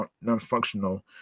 non-functional